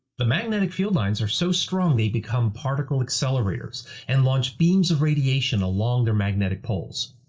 the magnetic field lines are so strong they become particle accelerators and launch beams of radiation along their magnetic poles.